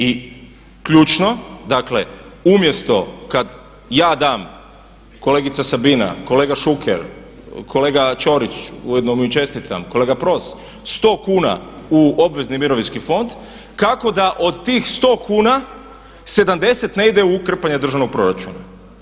I ključno, dakle umjesto da kada ja dam, kolegica Sabina, kolega Šuker, kolega Ćorić, ujedno mu i čestitam, kolega Pros, 100 kuna u obvezni mirovinski fond kako da od tih 100 kuna 70 ne ide u krpanje državnog proračuna?